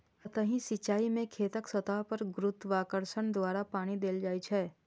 सतही सिंचाइ मे खेतक सतह पर गुरुत्वाकर्षण द्वारा पानि देल जाइ छै